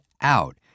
out